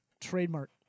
trademark